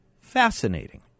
Fascinating